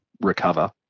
recover